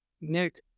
Nick